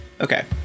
Okay